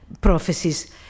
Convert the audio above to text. prophecies